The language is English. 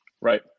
Right